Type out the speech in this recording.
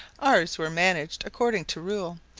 ours were managed according to rule,